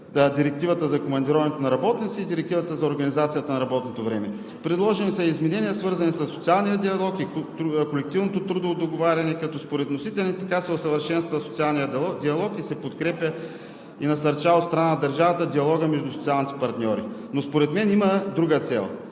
Директивата за командироването на работници и Директивата за организацията на работното време. Предложени са и изменения, свързани със социалния диалог и колективното трудово договаряне, като според вносителите така се усъвършенства социалният диалог и се подкрепя и насърчава от страна на държавата диалогът между социалните партньори, но според мен има друга цел.